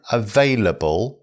available